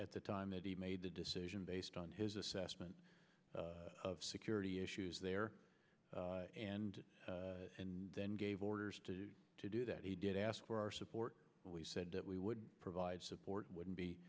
at the time that he made the decision based on his assessment of security issues there and then gave orders to do that he did ask for our support we said that we would provide support wouldn't be